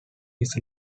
his